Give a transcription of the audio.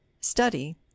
study